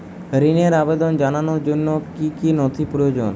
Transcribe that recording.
ঋনের আবেদন জানানোর জন্য কী কী নথি প্রয়োজন?